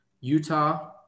Utah